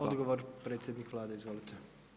Odgovor predsjednik Vlade, izvolite.